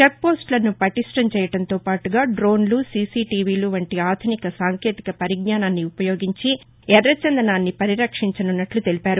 check పోస్టలను పటిష్టం చేయడంతో పాటుగా ్రోన్ల సిసి టీవీలు వంటి ఆధునిక సాంకేతిక పరిజ్ఞానాన్ని ఉపయోగించి ఎరచందనాన్ని పరిరక్షించనున్నట్లు తెలిపారు